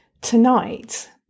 tonight